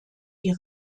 die